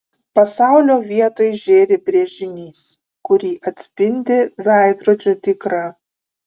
pasaulio vietoj žėri brėžinys kurį atspindi veidrodžio dykra